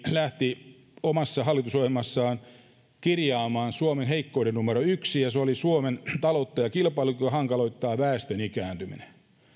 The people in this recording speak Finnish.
lähti omassa hallitusohjelmassaan kirjaamaan suomen heikkouden numero yksi ja se oli se että suomen taloutta ja kilpailukykyä hankaloittaa väestön ikääntyminen